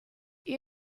you